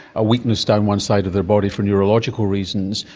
a weakness down one side of their body for neurological reasons,